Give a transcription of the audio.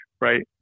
right